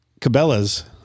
Cabela's